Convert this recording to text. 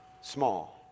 small